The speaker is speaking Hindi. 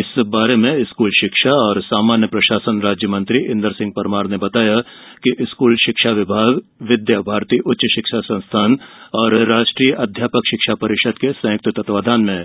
इस बारे में स्कूल शिक्षा एवं सामान्य प्रशासन राज्यमंत्री इन्दर सिंह परमार ने बताया कि स्कूल शिक्षा विभाग विद्या भारती उच्च शिक्षा संस्थान और राष्ट्रीय अध्यापक शिक्षा परिषद के संयुक्त तत्वावधान में